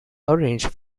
arranged